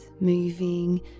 moving